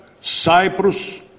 Cyprus